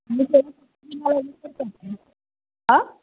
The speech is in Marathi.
आ